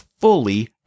fully